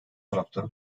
taraftarı